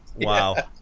Wow